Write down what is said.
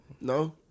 No